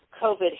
COVID